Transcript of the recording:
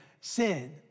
sin